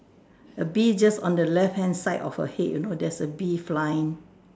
A bee just on the left hand side of her head you know there's a bee flying